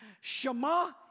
Shema